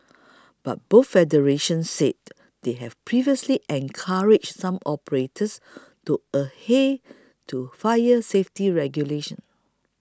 but both federations said they had previously encouraged some operators to adhere to fire safety regulations